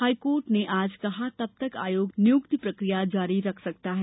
high court ने आज कहा तब तक आयोग नियुक्ति प्रक्रिया जारी रख सकता है